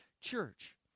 church